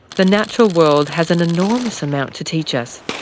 the natural world has an enormous amount to teach us,